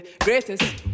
greatest